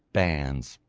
bands,